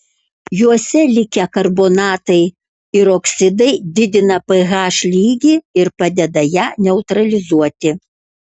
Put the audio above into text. juose likę karbonatai ir oksidai didina ph lygį ir padeda ją neutralizuoti